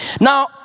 now